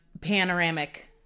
panoramic